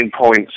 points